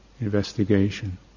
investigation